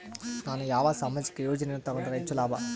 ನಾನು ಯಾವ ಸಾಮಾಜಿಕ ಯೋಜನೆಯನ್ನು ತಗೊಂಡರ ಹೆಚ್ಚು ಲಾಭ?